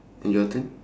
and your turn